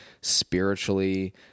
spiritually